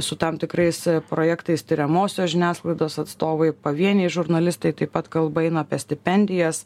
su tam tikrais projektais tiriamosios žiniasklaidos atstovai pavieniai žurnalistai taip pat kalba eina apie stipendijas